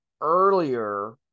earlier